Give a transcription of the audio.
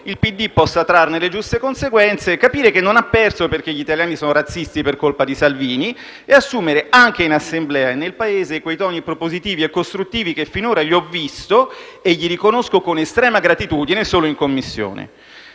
il PD possa trarne le giuste conseguenze e capire che non ha perso perché gli italiani sono razzisti per colpa di Salvini e assumere, anche in Assemblea e nel Paese, quei toni propositivi e costruttivi che finora gli ho visto e gli riconosco con estrema gratitudine solo in Commissione.